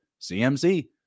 CMC